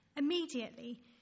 Immediately